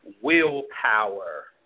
willpower